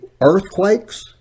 earthquakes